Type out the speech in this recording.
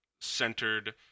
centered